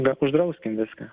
na uždrauskim viską